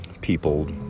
people